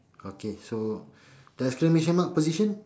okay so the exclamation mark position